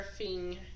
surfing